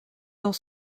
dans